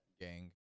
gang